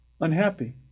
unhappy